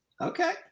Okay